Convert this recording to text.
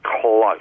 close